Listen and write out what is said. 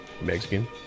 Mexican